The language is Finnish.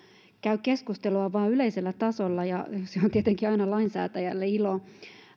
käy keskustelua vain yleisellä tasolla se on tietenkin lainsäätäjälle aina ilo